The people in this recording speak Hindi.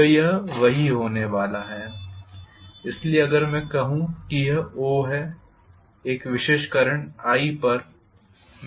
तो यह वही होने वाला है इसलिए अगर मैं कहूं कि यह O है एक विशेष करंट i पर